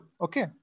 Okay